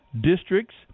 districts